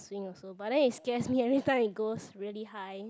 swing also but then it scares me every time it goes really high